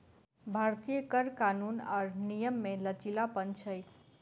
भारतीय कर कानून आर नियम मे लचीलापन छै